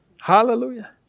Hallelujah